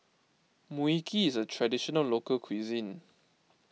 Mui Kee is a Traditional Local Cuisine